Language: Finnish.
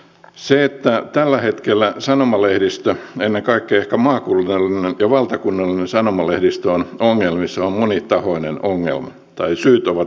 se että tällä hetkellä sanomalehdistö ennen kaikkea ehkä maakunnallinen ja valtakunnallinen sanomalehdistö on ongelmissa on monitahoinen ongelma tai syyt ovat moninaisia